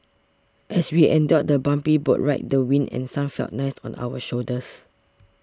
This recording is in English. as we endured the bumpy boat ride the wind and sun felt nice on our shoulders